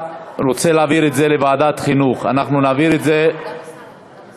ההצעה להעביר את הצעת חוק הסעה בטיחותית לילדים עם מוגבלות (תיקון,